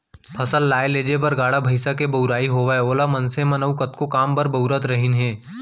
फसल लाए लेजे बर गाड़ा भईंसा के बउराई होवय ओला मनसे मन अउ कतको काम बर बउरत रहिन हें